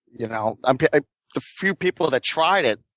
you know um ah the few people that tried it